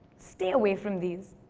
stay away from these.